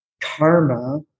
Karma